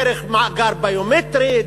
דרך מאגר ביומטרי,